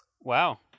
Wow